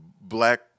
black